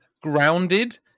grounded